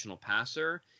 passer